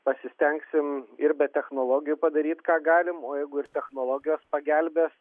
pasistengsim ir be technologijų padaryt ką galim o jeigu ir technologijos pagelbės